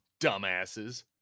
Dumbasses